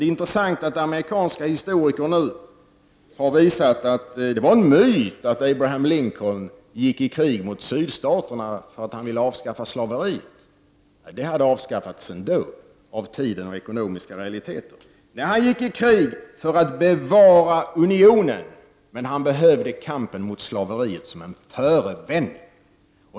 Det är intressant att amerikanska historiker nu har visat att det var en myt att Abraham Lincoln gick i krig mot sydstaterna för att han ville avskaffa slaveriet. Det hade avskaffats ändå, av tiden och ekonomiska realiteter. Nej, han gick i krig för att bevara unionen — men han behövde slaveriet som en förevändning.